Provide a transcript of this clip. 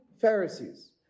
Pharisees